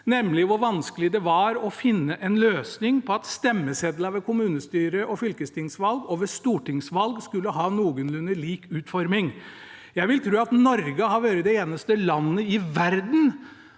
nemlig hvor vanskelig det var å finne en løsning på at stemmesedlene ved kommunestyre- og fylkestingsvalg og ved stortingsvalg skulle ha en noenlunde lik utforming. Jeg vil tro at Norge har vært det eneste landet i verden